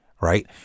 right